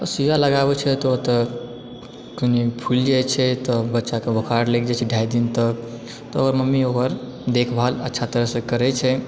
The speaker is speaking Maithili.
सुइया लगाबै छियै तऽ ओतए कनी फूलि जाइ छै तऽ बच्चा के बोखार लागि जाइ छै ढ़ाइ दिन तक तऽ मम्मी ओकर देखभाल अच्छा तरह सँ करै छै